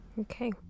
Okay